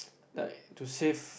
like to save